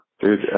Dude